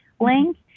link